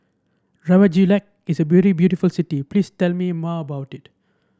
Reykjavik is a very beautiful city please tell me more about it